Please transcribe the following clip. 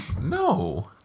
No